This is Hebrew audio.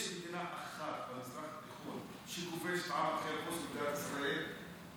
יש מדינה אחת במזרח התיכון שכובשת עם אחר חוץ ממדינת ישראל?